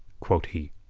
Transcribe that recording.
quoth he.